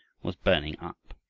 was burning up.